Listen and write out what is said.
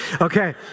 Okay